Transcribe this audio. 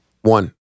One